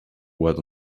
what